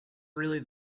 really